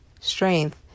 strength